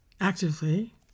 actively